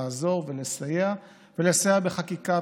לעזור ולסייע ולסייע בחקיקה,